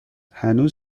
هنوز